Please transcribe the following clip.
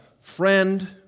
friend